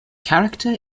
character